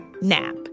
nap